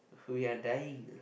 we are dying